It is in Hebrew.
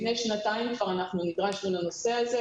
לפני שנתיים כבר אנחנו נדרשנו לנושא הזה,